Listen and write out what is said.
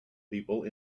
people